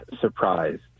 surprised